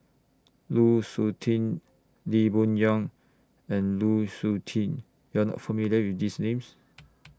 Lu Suitin Lee Boon Yang and Lu Suitin YOU Are not familiar with These Names